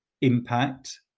impact